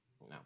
No